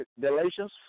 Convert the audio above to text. Galatians